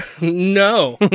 No